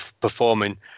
performing